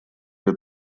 для